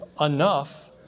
enough